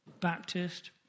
Baptist